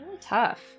tough